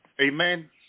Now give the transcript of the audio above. Amen